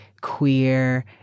queer